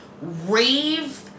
rave